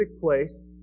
place